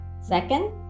Second